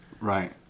right